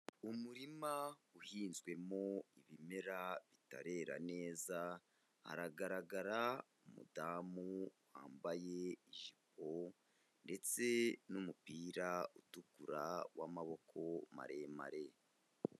Umurima uhinzwemo ibimera bitarera neza haragaragara umudamu wambaye ijipo ndetse n'umupira utukura w'amaboko maremare.